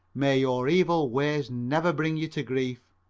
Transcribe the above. may your evil ways never bring you to grief.